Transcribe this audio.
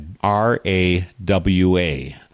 R-A-W-A